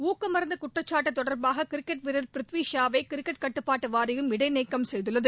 ஊக்கமருந்து குற்றச்சாட்டு தொடர்பாக கிரிக்கெட் வீரர் ப்ரித்விஷா வை கிரிக்கெட் கட்டுப்பாட்டு வாரியம் இடைநீக்கம் செய்துள்ளது